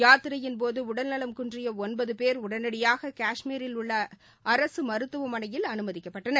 யாத்திரையின்போதுஉடல்நலம் குன்றியஒன்பதபேர் உடனடியாக கஷ்மீரில் உள்ள அரசுமருத்துவமனையில் அனுமதிக்கப்பட்டனர்